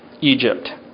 Egypt